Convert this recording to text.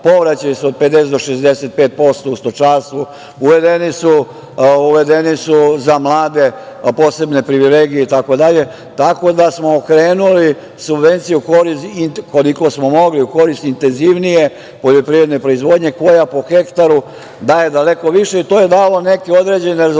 povraćaji su od 50 do 65% u stočarstvu, uvedeni su za mlade posebne privilegije itd. Tako da smo okrenuli subvencije u korist, koliko smo mogli, u korist intenzivnije poljoprivredne proizvodnje koja po hektaru daje daleko više. To je dalo neke određene rezultate,